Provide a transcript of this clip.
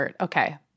okay